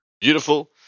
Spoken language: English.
Beautiful